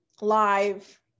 live